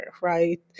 right